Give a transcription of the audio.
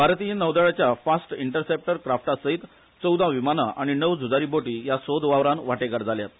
भारतीय नौदळाच्या fast interceptor क्राफ्टासयत चौदा विमाना आनी णव झुजारी बोटी या सोद वावरान वांटेकार जाल्यात